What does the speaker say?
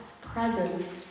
presence